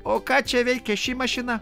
o ką čia veikia ši mašina